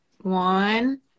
one